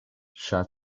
sha